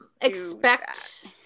expect